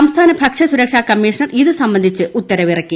സംസ്ഥാന ഭക്ഷ്യസുരക്ഷാ കമ്മീഷണർ ഇത് സംബന്ധിച്ച് ഉത്തരവിറക്കി